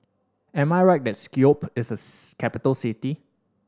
am I right that Skopje is a capital city